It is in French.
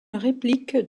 réplique